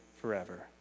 forever